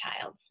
child